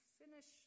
finish